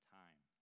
time